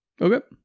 okay